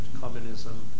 communism